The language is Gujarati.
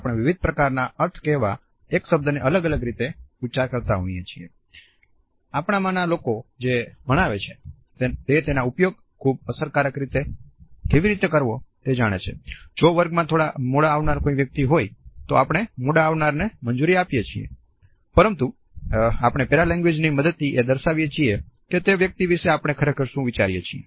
આપણે વિવિધ પ્રકારના અર્થ કહેવા એક જ શબ્દ ને અલગ અલગ રીતે ઉચ્ચાર કરતા હોય છે આપણામાંના લોકો જે ભણાવે છે તે તેનો ઉપયોગ ખૂબ અસરકારક રીતે કેવી રીતે કરવો તે જાણે છે જો વર્ગમાં મોડા આવનાર કોઈ વ્યક્તિ હોય તો આપણે મોડા આવનારને મંજૂરી આપીએ છીએ પરંતુ આપણે પેરા લેંગ્વેજ ની મદદથી એ દર્શાવીએ છીએ કે તે વ્યક્તિ વિશે આપણે ખરેખર શું વિચારીએ છીએ